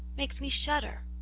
makes me shudder.